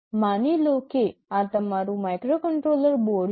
માની લો કે આ તમારું માઇક્રોકન્ટ્રોલર બોર્ડ છે